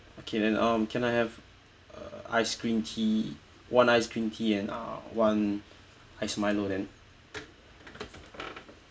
okay then um can I have uh ice green tea one ice green tea and uh one ice milo then